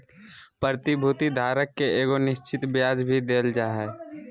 प्रतिभूति धारक के एगो निश्चित ब्याज भी देल जा हइ